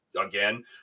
again